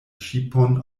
ŝipon